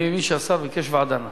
אני מבין שהשר הציע ועדה.